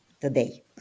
today